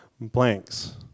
blanks